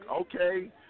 okay